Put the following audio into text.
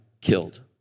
killed